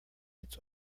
its